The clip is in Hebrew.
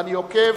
אני עוקב